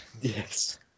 Yes